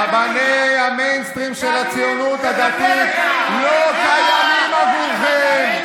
רבני המיינסטרים של הציונות הדתית לא קיימים עבורכם.